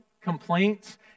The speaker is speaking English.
complaints